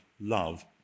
love